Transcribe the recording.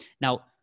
now